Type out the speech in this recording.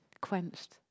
quenched